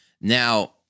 Now